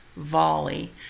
volley